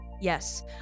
Yes